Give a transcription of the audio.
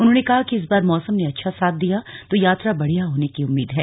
उन्होंने कहा कि इस बार मौसम ने अच्छा साथ दिया तो यात्रा बढ़िया होने की उम्मीद है